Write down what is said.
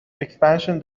expansion